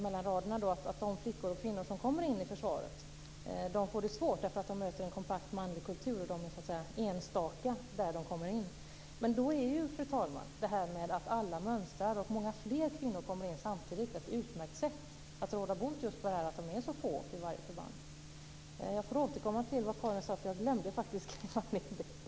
Mellan raderna säger hon att de flickor och kvinnor som kommer in i försvaret får det svårt därför att de möter en kompakt manlig kultur och därför att de bara är några enstaka där de kommer in. Men, fru talman, om alla mönstrar och många fler kvinnor kommer in samtidigt är det ett utmärkt sätt att råda bot just på det faktum att de är så få i varje förband. Jag får återkomma till vad Karin Wegestål sade, eftersom jag glömde att skriva ned det.